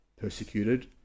persecuted